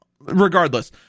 Regardless